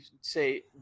say